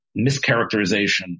mischaracterization